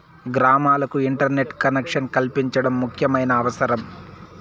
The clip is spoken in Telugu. గ్రామాలకు ఇంటర్నెట్ కలెక్షన్ కల్పించడం ముఖ్యమైన అవసరం